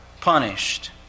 punished